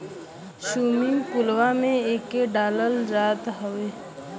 swimming पुलवा में एके डालल जात हउवे